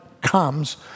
comes